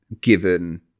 given